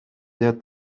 der